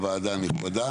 אדווח לוועדה הנכבדה